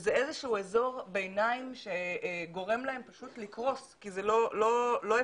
שזה איזשהו אזור ביניים שגורם להם פשוט לקרוס כי זה לא אפשרי.